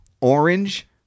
orange